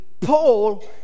Paul